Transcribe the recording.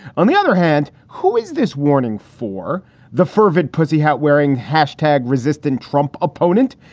on the other hand, who is this warning for the fervid pussy hat wearing, hashtag resistent trump opponent?